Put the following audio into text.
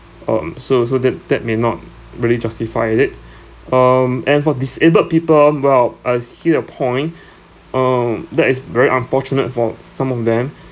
um so so that that may not really justify it it um and for disabled people um well I see the point um that is very unfortunate for some of them